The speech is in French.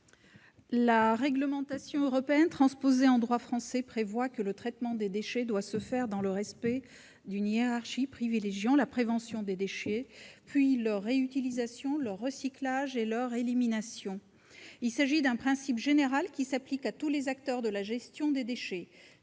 La réglementation européenne transposée en droit français prévoit que le traitement des déchets doit respecter une hiérarchie privilégiant la prévention des déchets, puis leur réutilisation, leur recyclage et leur élimination. Ce principe général s'applique à tous les acteurs de la gestion des déchets.